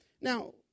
Now